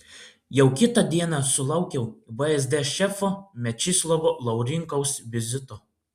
jau kitą dieną sulaukiau vsd šefo mečislovo laurinkaus vizito